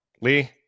Lee